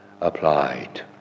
applied